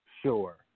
sure